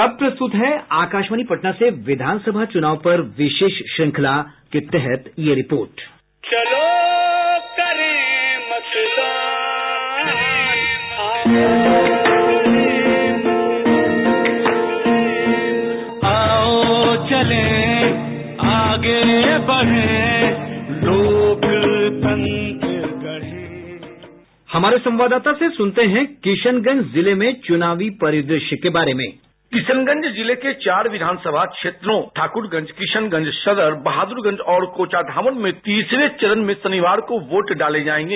और अब प्रस्तुत है आकाशवाणी पटना से विधान सभा चुनाव पर विशेष श्रृंखला के तहत एक रिपोर्ट बाईट प्रोमो आओ करें मतदान हमारे संवाददाता से सुनते हैं किशनगंज जिले में चुनावी परिदृश्य के बारे में साउंड बाईट किशनगंज जिले के चार विधानसभा क्षेत्रों ठाक्रगंज किशनगंज सदर बहादुरगंज और कोचाधामन में तीसरे चरण में शनिवार को वोट डाले जायेंगे